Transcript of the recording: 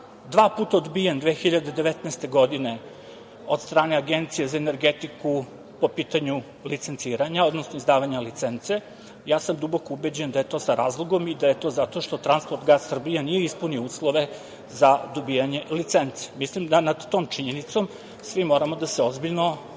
dva puta odbijen 2019. godine od strane Agencije za energetiku po pitanju licenciranja, odnosno izdavanja licence. Ja sam duboko ubeđen da je to sa razlogom i da je to zato što transport "Gas Srbija" nije ispunio uslove za dobijanje licence. Mislim da nad tom činjenicom svi moramo da se ozbiljno